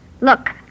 Look